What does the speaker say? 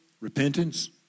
Repentance